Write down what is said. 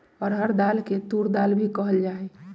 अरहर दाल के तूर दाल भी कहल जाहई